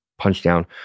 Punchdown